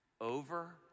over